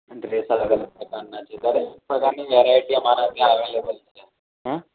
dress અલગ અલગ પ્રકારના છે દરેક પ્રકારની વેરાયટી અમારા ત્યાં અવેલેબલ છે હેં